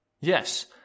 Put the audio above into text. Yes